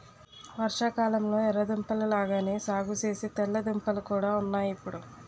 వర్షాకాలంలొ ఎర్ర దుంపల లాగానే సాగుసేసే తెల్ల దుంపలు కూడా ఉన్నాయ్ ఇప్పుడు